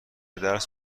درس